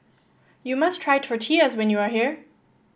you must try Tortillas when you are here